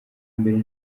mbere